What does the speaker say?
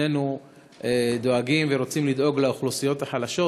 שנינו דואגים ורוצים לדאוג לאוכלוסיות החלשות,